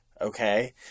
Okay